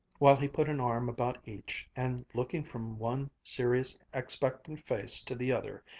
while he put an arm about each and, looking from one serious expectant face to the other,